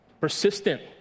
persistent